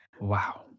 Wow